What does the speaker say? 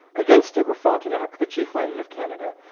against it were frontenac, the chief laymen of canada,